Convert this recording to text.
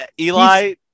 Eli